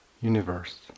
universe